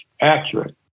accurate